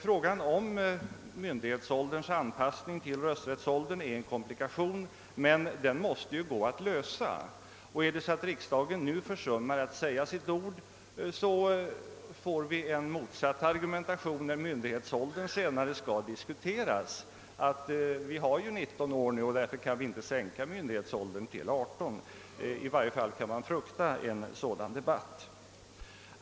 Frågan om myndighetsålderns anpassning till rösträttsåldern är en komplikation, men den måste gå att lösa. Om riksdagen nu försummar att säga sitt ord, får vi en motsatt argumentation när myndighetsåldern sedan skall diskuteras: »vi har ju rösträtt vid 19 år nu, och därför kan vi inte sänka myndighetsåldern till 18 år.» I varje fall kan man frukta en sådan debatt.